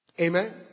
Amen